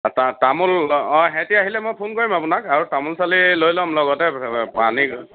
তামোল অঁ এহেঁতি আহিলে মই ফোন কৰিম আপোনাক আৰু তামোল চালি লৈ ল'ম লগতে পানী